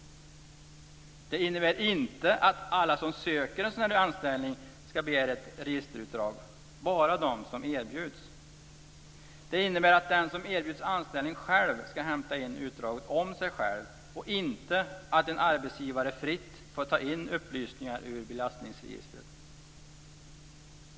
Det innebär inte att alla som söker en sådan anställning ska begära ett registerutdrag, bara de som erbjuds. Det innebär att den som erbjuds anställning själv ska hämta in utdraget om sig själv, inte att en arbetsgivare fritt får ta in upplysningar ur belastningsregistret.